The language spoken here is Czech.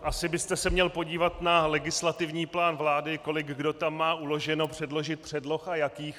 Asi byste se měl podívat na legislativní plán vlády, kolik kdo tam má uloženo předložit předloh a jakých.